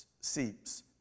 seeps